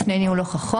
לפני נוהל הוכחות.